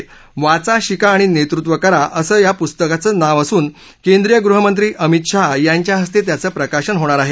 वाचा शिका आणि नेतृत्व करा असा या पुस्तकाचं नाव असून केंद्रीय गृहमंत्री अमित शहा यांच्या हस्ते त्याचं प्रकाशन होणार आहे